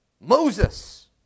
Moses